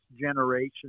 generation